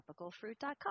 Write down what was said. Tropicalfruit.com